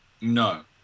no